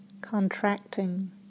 contracting